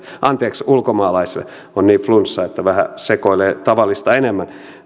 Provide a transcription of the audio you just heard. anteeksi ulkomaalaisille on niin flunssa että vähän sekoilee tavallista enemmän